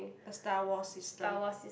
the Star Wars system